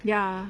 ya